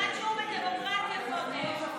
תלמד שיעור בדמוקרטיה קודם.